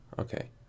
Okay